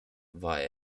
war